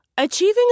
Achieving